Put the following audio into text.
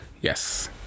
Yes